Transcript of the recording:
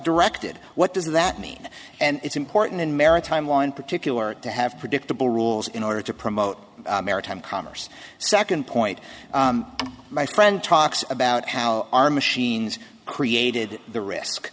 directed what does that mean and it's important in maritime law in particular to have predictable rules in order to promote maritime commerce second point my friend talks about how our machines created the risk